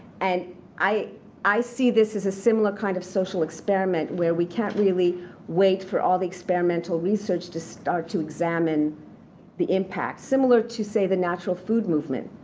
and i i see this as a similar kind of social experiment where we can't wait for all the experimental research to start to examine the impact, similar to, say, the natural food movement.